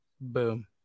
Boom